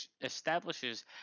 establishes